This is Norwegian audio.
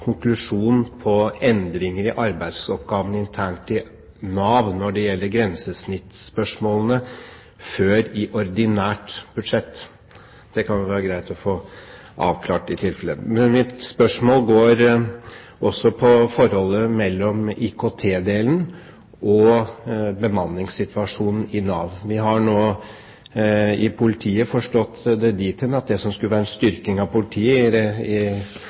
konklusjon med hensyn til endringer i arbeidsoppgavene internt i Nav når det gjelder grensesnittspørsmålene, før i ordinært budsjett. Det kan det være greit å få avklart, i tilfelle. Mitt spørsmål går også på forholdet mellom IKT-delen og bemanningssituasjonen i Nav. Vi har nå forstått det dit hen at det som i politiet skulle være en styrking av politiet, i